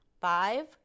Five